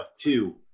two